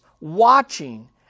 watching